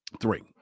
Three